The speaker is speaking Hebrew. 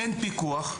אין פיקוח.